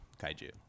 kaiju